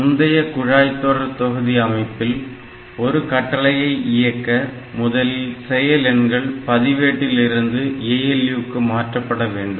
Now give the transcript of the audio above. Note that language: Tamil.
முந்தைய குழாய்தொடர்தொகுதி அமைப்பில் ஒரு கட்டளையை இயக்க முதலில் செயல் எண்கள் பதிவேட்டிலிருந்து ALU க்கு மாற்றப்பட வேண்டும்